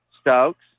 Stokes